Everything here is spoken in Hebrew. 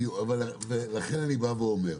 לכן אני בא ואומר: